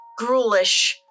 gruelish